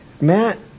Matt